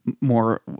more